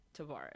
Tavares